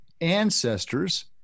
ancestors